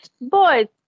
Boys